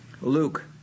Luke